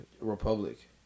republic